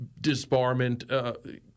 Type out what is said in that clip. disbarment